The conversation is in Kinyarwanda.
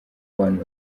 abantu